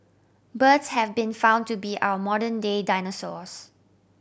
birds have been found to be our modern day dinosaurs